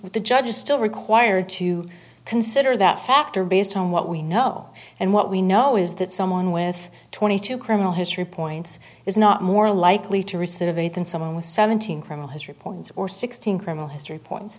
with the judge is still required to consider that factor based on what we know and what we know is that someone with twenty two criminal history points is not more likely to receive aid than someone with seventeen criminal history points or sixteen criminal history points